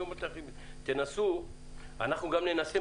אנחנו גם ננסה,